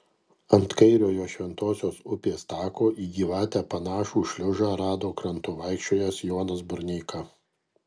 ant kairiojo šventosios upės tako į gyvatę panašų šliužą rado krantu vaikščiojęs jonas burneika